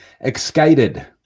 excited